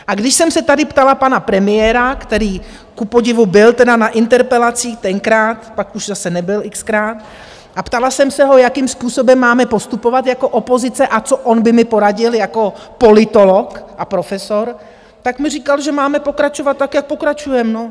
A když jsem se tady ptala pana premiéra, který kupodivu byl na interpelacích tenkrát, pak už zase nebyl xkrát, a ptala jsem se ho, jakým způsobem máme postupovat jako opozice a co on by mi poradil jako politolog a profesor, tak mi říkal, že máme pokračovat tak, jak pokračujeme, no.